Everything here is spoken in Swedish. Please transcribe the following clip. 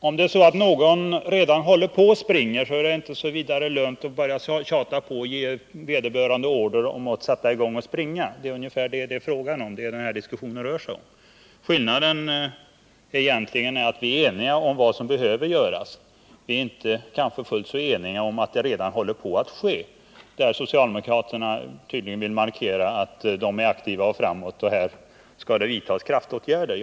Fru talman! Om någon redan håller på och springer, så är det inte lönt att börja tjata och ge vederbörande order om att sätta i gång att springa. Det är ungefär det den här diskussionen rör sig om. Skillnaden är egentligen att vi är eniga om vad som behöver göras. Vi är kanske inte fullt så eniga om att det redan håller på att ske. Socialdemokraterna vill tydligen markera att de är aktiva och framåt och att här skall det vidtas kraftåtgärder.